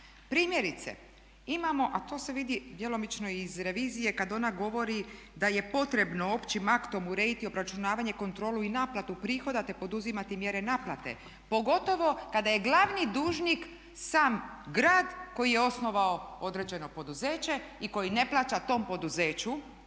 Primjerice imamo a to se vidi djelomično i iz revizije kada ona govori da je potrebno općim aktom urediti obračunavanje, kontrolu i naplatu prihoda te poduzimati mjere naplate pogotovo kada je glavni dužnik sam grad koji je osnovao određeno poduzeće i koji ne plaća tom poduzeću